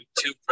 two